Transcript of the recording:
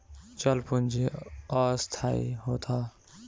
चल पूंजी अस्थाई होत हअ